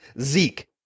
Zeke